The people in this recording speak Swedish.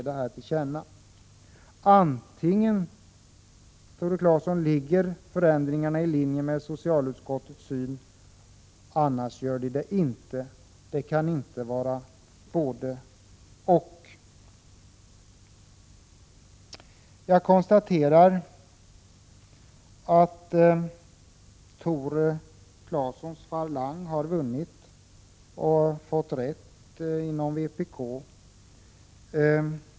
Tore Claeson, antingen ligger förändringarna i linje med socialutskottets syn, eller också inte. Det kan inte vara både — och. Jag konstaterar att Tore Claesons vpk.